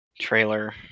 trailer